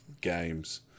games